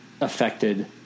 affected